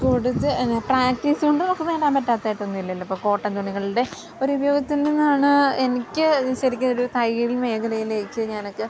practice കൊണ്ട് നമുക്ക് നേടാൻ പറ്റാത്തതായിട്ടൊന്നുമില്ലല്ലോ ഇപ്പോള് കോട്ടൻ തുണികളുടെ ഒരുപയോഗത്തിൽ നിന്നാണ് എനിക്ക് ശരിക്കുമൊരു തയ്യൽ മേഖലയിലേക്ക് ഞാനൊക്കെ